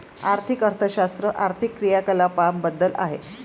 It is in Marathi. आर्थिक अर्थशास्त्र आर्थिक क्रियाकलापांबद्दल आहे